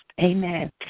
Amen